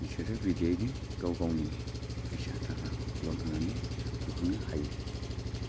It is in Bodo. बिसोरो बिदियैनो गाव गावनि फैसा थाखा ल'न होनानै बोखांनो हायो